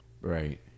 Right